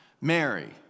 Mary